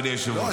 אדוני היושב-ראש.